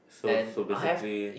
so so basically